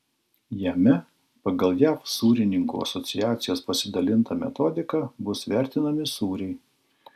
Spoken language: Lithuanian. jame pagal jav sūrininkų asociacijos pasidalintą metodiką bus vertinami sūriai